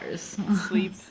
sleep